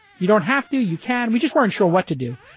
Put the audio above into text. you don't have to, you can. we just weren't sure what to do.